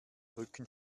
rücken